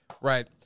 Right